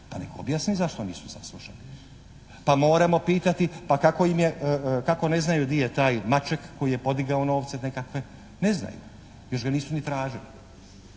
pa nek objasne zašto nisu saslušani. Pa moramo pitati pa kako ne znaju gdje je taj Maček koji je podigao novce nekakve. Ne znaju, još ga nisu ni tražili.